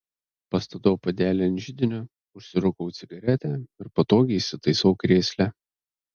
pastatau puodelį ant židinio užsirūkau cigaretę ir patogiai įsitaisau krėsle